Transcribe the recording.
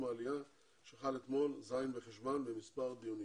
העלייה שחל אתמול ז' בחשוון במספר דיונים.